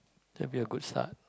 that would be a good start